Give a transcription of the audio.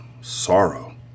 sorrow